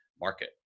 market